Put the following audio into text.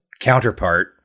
Counterpart